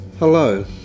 Hello